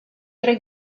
tre